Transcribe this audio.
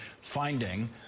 finding